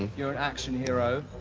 you're an action hero,